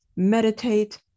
meditate